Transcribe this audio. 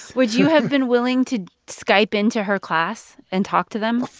would you have been willing to skype into her class and talk to them?